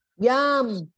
Yum